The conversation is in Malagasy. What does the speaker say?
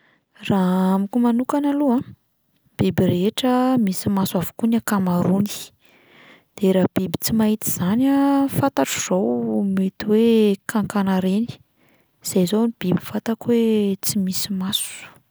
Raha amiko manokana aloha, biby rehetra misy maso avokoa ny ankamaroany, de raha biby tsy mahita izany a, fantatro izao mety hoe kankana ireny, zay izao no biby fantako hoe tsy misy maso.